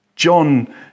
John